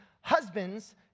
Husbands